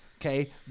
okay